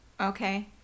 Okay